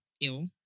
Ill